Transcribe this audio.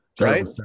Right